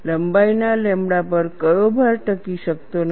લંબાઈના લેમ્બડા પર કયો ભાર ટકી શકતો નથી